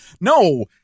no